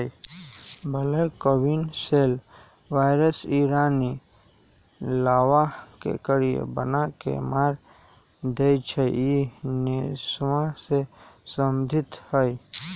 black queen cell virus इ रानी लार्बा के करिया बना के मार देइ छइ इ नेसोमा से सम्बन्धित हइ